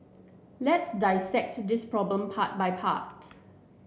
let's dissect this problem part by part